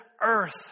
earth